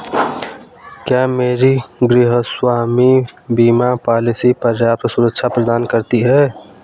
क्या मेरी गृहस्वामी बीमा पॉलिसी पर्याप्त सुरक्षा प्रदान करती है?